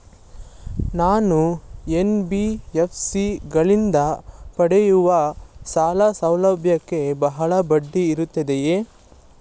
ನಾನು ಎನ್.ಬಿ.ಎಫ್.ಸಿ ಗಳಿಂದ ಪಡೆಯುವ ಸಾಲ ಸೌಲಭ್ಯಕ್ಕೆ ಬಹಳ ಬಡ್ಡಿ ಇರುತ್ತದೆಯೇ?